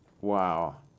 Wow